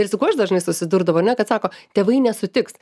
ir su kuo aš dažnai susidurdavo ne kad sako tėvai nesutiks